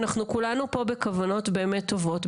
אנחנו כולנו פה בכוונות באמת טובות.